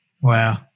Wow